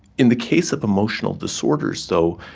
in the case of emotional disorders though,